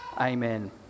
Amen